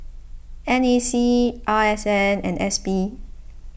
N A C R S N and S P